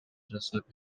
жасап